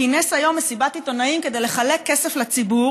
כינס היום מסיבת עיתונאים כדי לחלק כסף לציבור